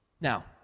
Now